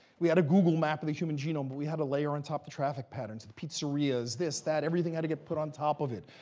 we had a google map of the human genome, but we had to layer on top the traffic patterns and pizzerias, this, that, everything had to get put on top of it.